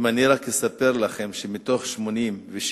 אם אני רק אספר לכם שמתוך 86%,